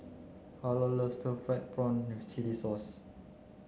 Harlow loves stir fried prawn with chili sauce